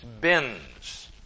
bends